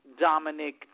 Dominic